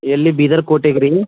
ಎಲ್ಲಿ ಬಿದರ್ಕೋಟೆಗಾ ರೀ